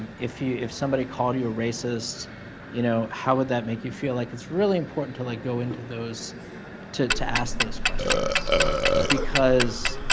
and if you if somebody called you a racist you know, how would that make you feel like it's really important to like go into those to to ask those questions because